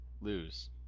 lose